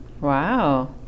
Wow